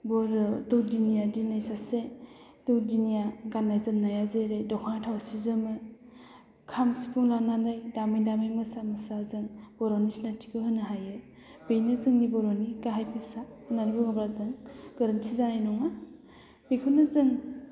बर' दौदिनिया दिनै सासे दौदिनिया गाननाय जोमनाया जेरै दख'ना थावसि जोमो खाम सिफुं लानानै दामै दामै मोसा मोसा जों बर'नि सिनायथिखौ होनो हायो बेनो जोंनि बर'नि गाहाय फिसा होननानै बुङोब्ला जों गोरोन्थि जानाय नङा बेखौनो जों